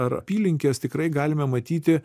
ar apylinkes tikrai galime matyti